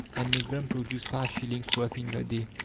and make them produce five shillings worth in the